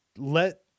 Let